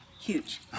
Huge